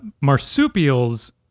marsupials